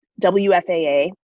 WFAA